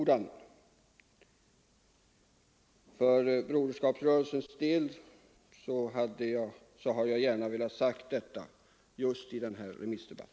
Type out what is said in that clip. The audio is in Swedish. Jag har gärna velat ha detta sagt för Broderskapsrörelsens del just i denna remissdebatt.